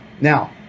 Now